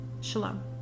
Shalom